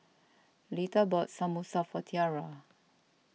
Lita bought Samosa for Tiarra